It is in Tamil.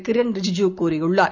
கிரன் ரிஜூஜூ கூறியுள்ளார்